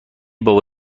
بابا